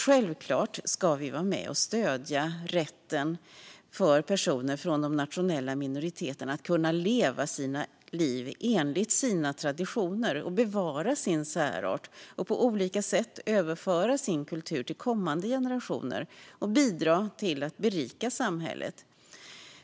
Självklart ska vi stödja rätten för personer från de nationella minoriteterna att leva sina liv enligt sina traditioner, bevara sina särarter, på olika sätt överföra sina kulturer till kommande generationer och bidra till att berika samhället.